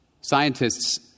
Scientists